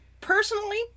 personally